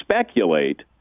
speculate